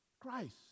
Christ